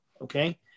okay